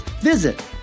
Visit